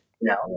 No